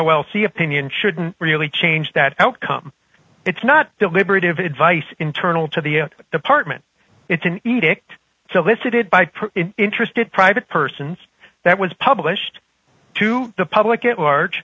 c opinion shouldn't really change that outcome it's not deliberative advice internal to the department it's an edict solicited by interested private persons that was published to the public at large